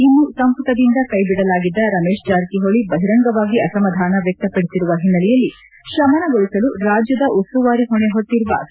ಇನ್ನು ಸಂಪುಟದಿಂದ ಕೈಬಿಡಲಾಗಿದ್ದ ರಮೇಶ್ ಜಾರಕಿಹೊಳಿ ಬಹಿರಂಗವಾಗಿ ಅಸಮಾಧಾನ ವ್ಯಕ್ತಪಡಿಸಿರುವ ಹಿನ್ನೆಲೆಯಲ್ಲಿ ಶಮನಗೊಳಿಸಲು ರಾಜ್ಯದ ಉಸ್ತುವಾರಿ ಹೊಣೆ ಹೊತ್ತಿರುವ ಕೆ